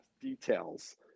details